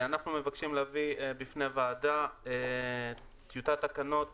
אנחנו מבקשים להביא בפני הוועדה טיוטת תקנות